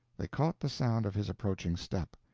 they caught the sound of his approaching step.